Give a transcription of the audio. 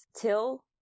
Till